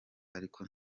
ariko